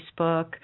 Facebook